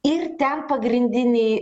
ir ten pagrindiniai